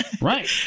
right